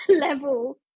level